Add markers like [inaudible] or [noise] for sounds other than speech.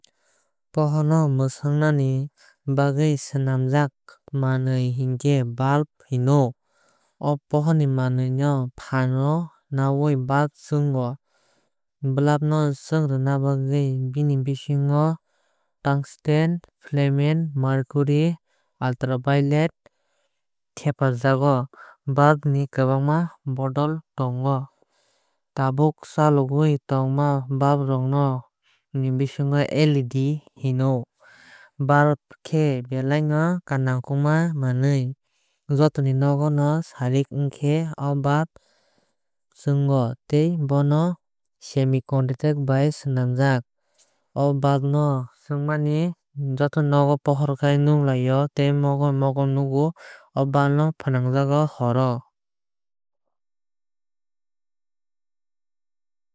Pohor no mwsungnani bagwui swlamjag manwi hinkhe bulb hino. O pohor ni phan no nawui bulb chwngo. Bulb no chwngruna bagwi bini bisingo tungsten filament mercury ultraviolet thepa jago. Bulb ni kwbangma bodol tongo. Tabuk cholugwui tongma bulb rok ni bisingo LED hino. Bulb khe belai no nangkwukma manwui. Joto ni nogo no saarik ongkhe o bulb chungo tei bono senicondictor [hesitation] bai swnamjag. O buklb no chwngmani joto nogo pohor khai nuklai o tei mokol bai mokol nukgo. O bulb no phwnajago horo.